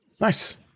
Nice